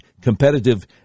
competitive